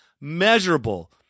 measurable